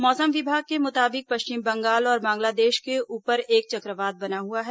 मौसम विभाग के मुताबिक पश्चिम बंगाल और बांग्लादेश के ऊपर एक चक्रवात बना हुआ है